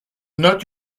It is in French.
note